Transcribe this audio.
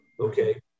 okay